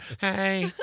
hey